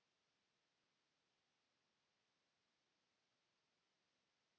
Kiitos,